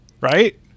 right